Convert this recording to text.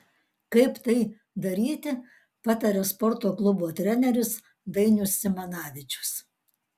kaip tai daryti pataria sporto klubo treneris dainius simanavičius